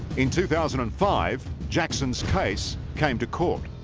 in two thousand and five jackson's case came to court